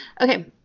Okay